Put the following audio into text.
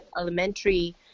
elementary